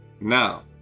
Now